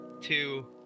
two